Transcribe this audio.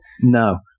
No